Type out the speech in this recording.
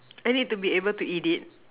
I need to be able to eat it